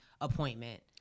appointment